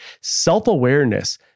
self-awareness